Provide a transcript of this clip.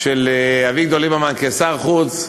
של אביגדור ליברמן כשר החוץ,